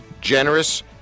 generous